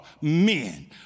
men